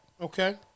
Okay